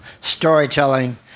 storytelling